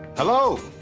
hello,